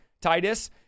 Titus